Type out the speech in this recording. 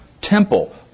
temple